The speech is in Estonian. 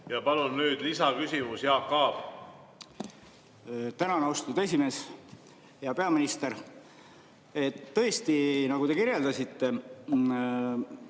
Aab! Palun nüüd lisaküsimus, Jaak Aab! Tänan, austatud esimees! Hea peaminister! Tõesti, nagu te kirjeldasite,